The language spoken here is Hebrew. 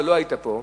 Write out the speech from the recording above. לא היית פה,